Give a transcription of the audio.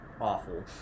awful